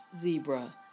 Zebra